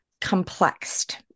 complexed